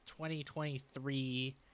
2023